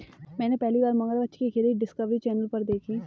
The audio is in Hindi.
मैंने पहली बार मगरमच्छ की खेती डिस्कवरी चैनल पर देखी